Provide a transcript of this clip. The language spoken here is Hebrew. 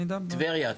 טבריה.